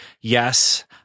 yes